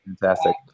Fantastic